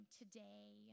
today